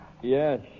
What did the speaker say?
Yes